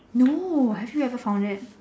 no have you ever found it